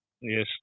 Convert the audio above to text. Yes